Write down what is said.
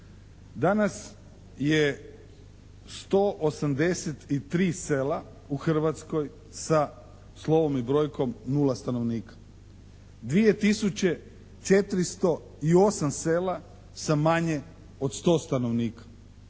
Danas je 183 sela u Hrvatskoj sa slovom i brojkom nula stanovnika. 2408 sela sa manje od 100 stanovnika,